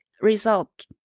result